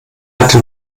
hatte